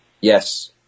Yes